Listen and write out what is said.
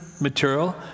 material